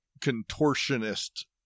contortionist